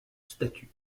statues